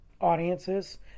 audiences